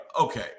Okay